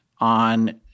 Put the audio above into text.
on